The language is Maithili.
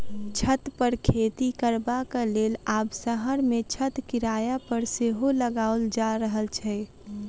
छत पर खेती करबाक लेल आब शहर मे छत किराया पर सेहो लगाओल जा रहल छै